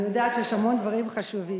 אני יודעת שיש המון דברים חשובים.